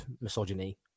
misogyny